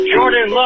Jordan